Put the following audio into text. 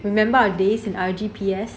remember our days in our R_G_P_S